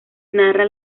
narra